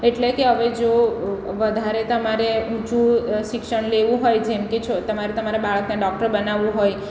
એટલે કે હવે જો વધારે તમારે ઊંચુ શિક્ષણ લેવું હોય જેમ કે છો તમારે તમારા બાળકને ડૉક્ટર બનાવવું હોય